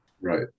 Right